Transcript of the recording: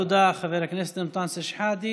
תודה, חבר הכנסת אנטאנס שחאדה.